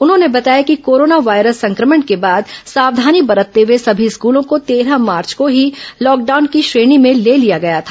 उन्होंने बताया कि कोरोना वायरस संक्रमण के बाद सावधानी बरतते हुए सभी स्कलों को तेरह मार्च को ही लॉकडाउन की श्रेणी में ले लिया गया था